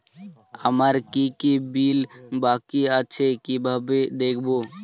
আমার কি কি বিল বাকী আছে কিভাবে দেখবো?